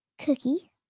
cookie